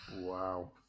wow